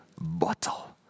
bottle